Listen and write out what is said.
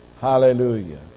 Hallelujah